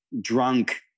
drunk